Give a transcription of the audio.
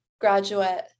graduate